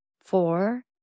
four